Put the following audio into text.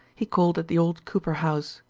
he called at the old cooper house.